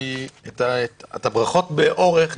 את הברכות באריכות,